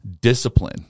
discipline